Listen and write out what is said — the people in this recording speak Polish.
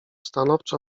stanowczo